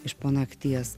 iš po nakties